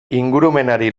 ingurumenari